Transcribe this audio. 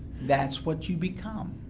that's what you become.